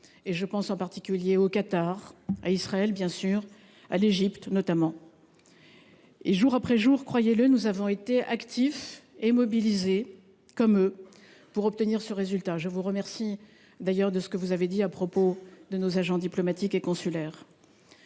Je pense en particulier au Qatar, à Israël, bien sûr, et à l’Égypte. Jour après jour, croyez le, nous avons été actifs et mobilisés, comme eux, pour obtenir ce résultat. Je vous remercie d’ailleurs de ce que vous avez dit à propos de nos agents diplomatiques et consulaires.